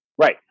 Right